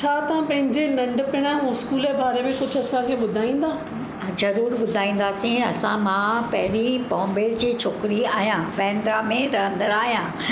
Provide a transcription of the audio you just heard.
छा तव्हां पंहिंजे नंढपिणु स्कूल बारे में कुझु असांखे ॿुधाईंदा जरूर ॿुधाइंदासीं असां मां पंहिंरी बॉम्बे जी छोकिरी आहियां बैंड्रा में रहंदड़ु आहियां